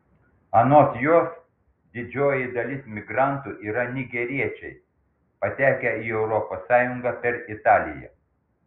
anot jos didžioji dalis migrantų yra nigeriečiai patekę į europos sąjungą per italiją